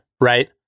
right